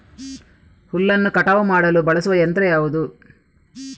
ಹುಲ್ಲನ್ನು ಕಟಾವು ಮಾಡಲು ಬಳಸುವ ಯಂತ್ರ ಯಾವುದು?